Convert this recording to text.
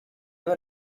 were